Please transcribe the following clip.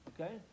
Okay